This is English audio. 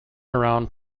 around